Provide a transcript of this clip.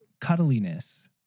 cuddliness